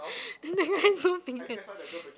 the guy has no fingers